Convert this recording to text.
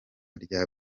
rya